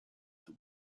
that